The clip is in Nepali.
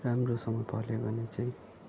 राम्रोसँग फल्यो भने चाहिँ